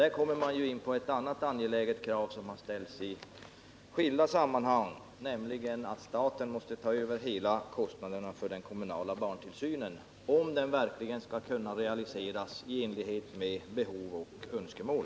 Där kommer man in på ett annat angeläget krav som har ställts i skilda sammanhang, nämligen att staten måste ta över hela kostnaden för den kommunala barntillsynen, om denna skall kunna realiseras i enlighet med behov och önskemål.